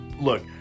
Look